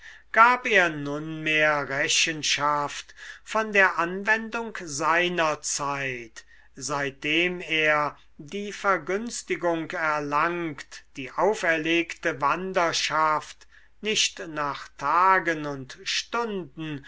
gab er nunmehr rechenschaft von der anwendung seiner zeit seitdem er die vergünstigung erlangt die auferlegte wanderschaft nicht nach tagen und stunden